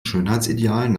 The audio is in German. schönheitsidealen